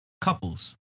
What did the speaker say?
couples